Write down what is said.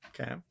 Okay